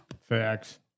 Facts